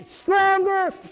stronger